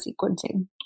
sequencing